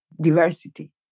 diversity